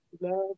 Love